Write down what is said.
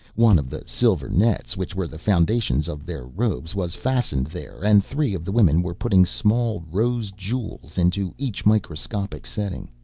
one of the silver nets, which were the foundations of their robes, was fastened there and three of the women were putting small rose jewels into each microscopic setting.